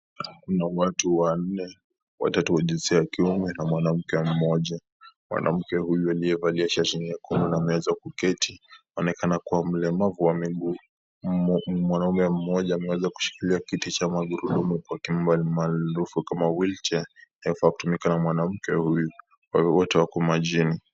Mna watu wanne watatu wa jinsia ya kiume na mwanamke mmoja. Mwanamke huyu aliyevalia shati nyekundu na ameweza kuketi, anaonekana kuwa mlemavu wa miguu. Na mwanamume mmoja, ameweza kushikilia kiti cha magurudumu almaarufu kama wheelchair , kinatumika na mwanamke huyu wote wako majini.